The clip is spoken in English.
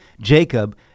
Jacob